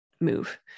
move